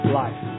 life